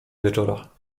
wieczora